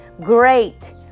great